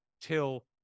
till